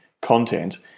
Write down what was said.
content